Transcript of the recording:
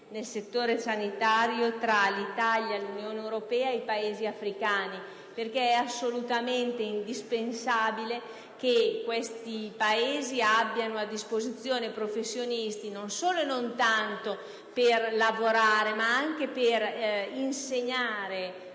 del settore sanitario tra l'Italia, l'Unione europea e i Paesi africani. Ciò perché è assolutamente indispensabile che questi Paesi abbiano a disposizione professionisti non solo per lavorare, ma anche per formare